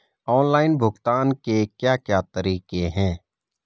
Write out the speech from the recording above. Online भुगतान के क्या क्या तरीके हैं?